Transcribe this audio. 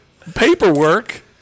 paperwork